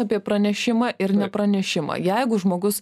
apie pranešimą ir nepranešimą jeigu žmogus